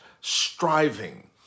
striving